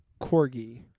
corgi